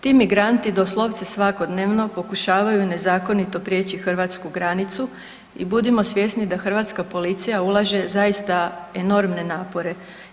Ti migranti doslovce svakodnevno pokušavaju nezakonito prijeći hrvatsku granicu i budimo svjesni da hrvatska policija ulaže zaista enormne napore.